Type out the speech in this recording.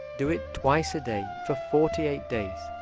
do it twice a day for forty eight days,